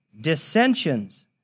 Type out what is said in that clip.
dissensions